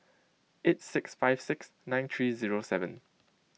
eight six five six nine three zero seven